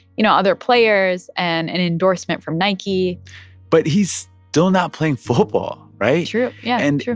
you know, other players and an endorsement from nike but he's still not playing football, right? true. yeah, and true